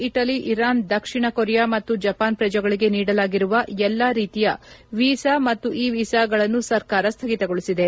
ತಕ್ಷಣವೇ ಜಾರಿಗೆ ಬರುವಂತೆ ಇಟಲಿ ಇರಾನ್ ದಕ್ಷಿಣ ಕೊರಿಯಾ ಮತ್ತು ಜಪಾನ್ ಪ್ರಜೆಗಳಗೆ ನೀಡಲಾಗಿರುವ ಎಲ್ಲ ರೀತಿಯ ವೀಸಾ ಮತ್ತು ಇ ವೀಸಾಗಳನ್ನು ಸರ್ಕಾರ ಸ್ಥಗಿತಗೊಳಿಸಿದೆ